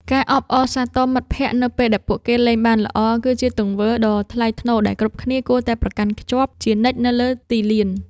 ការអបអរសាទរមិត្តភក្តិនៅពេលដែលពួកគេលេងបានល្អ គឺជាទង្វើដ៏ថ្លៃថ្នូរដែលគ្រប់គ្នាគួរតែប្រកាន់ខ្ជាប់ជានិច្ចនៅលើទីលាន។